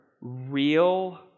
real